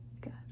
Good